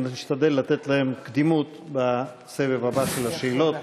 נשתדל לתת להם קדימות בסבב הבא של השאלות